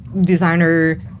designer